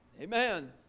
Amen